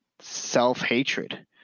self-hatred